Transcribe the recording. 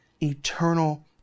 eternal